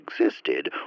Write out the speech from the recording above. existed